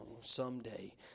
someday